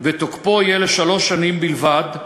ותוקפו יהיה לשלוש שנים בלבד,